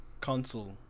console